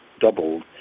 doubled